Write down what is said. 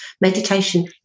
meditation